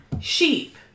sheep